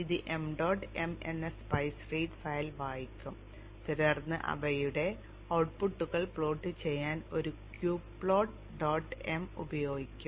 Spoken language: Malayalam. ഇത് m dot m എന്ന സ്പൈസ് റീഡ് ഫയൽ വായിക്കും തുടർന്ന് അവയുടെ ഔട്ട്പുട്ടുകൾ പ്ലോട്ട് ചെയ്യാൻ ഒരു q plot dot m ഉപയോഗിക്കും